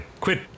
Quit